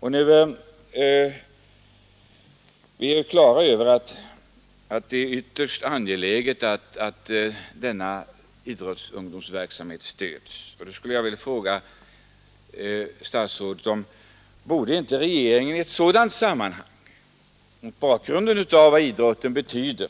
Vi är ju på det klara med hur angeläget det är att stödja idrottens ungdomsverksamhet, och då vill jag fråga statsrådet: Borde inte regeringen mot bakgrunden av vad idrotten betyder